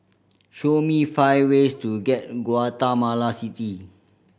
show me five ways to get in Guatemala City